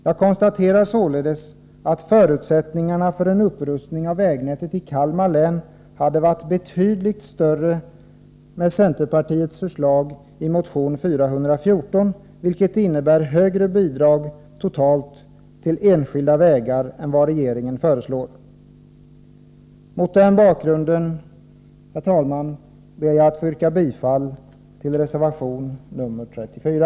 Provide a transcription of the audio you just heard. Jag konstaterar således att förutsättningarna för en upprustning av vägnätet i Kalmar län hade varit betydligt större med centerpartiets förslag i motion 414, vilket innebär högre bidrag totalt till enskilda vägar än vad regeringen föreslår. Mot den bakgrunden, herr talman, ber jag att få yrka bifall till reservation nr 34.